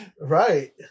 Right